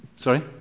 Sorry